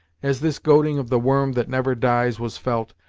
as this goading of the worm that never dies was felt,